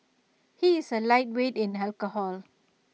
he is A lightweight in alcohol